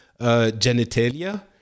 genitalia